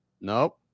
nope